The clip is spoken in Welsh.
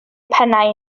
pennau